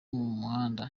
muhanda